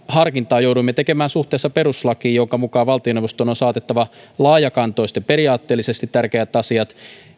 harkintaa jouduimme tekemään suhteessa perustuslakiin jonka mukaan valtioneuvostoon on saatettava laajakantoiset ja periaatteellisesti tärkeät asiat